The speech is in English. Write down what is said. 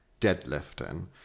deadlifting